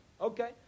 Okay